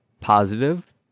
positive